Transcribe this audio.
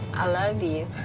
i love you.